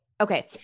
Okay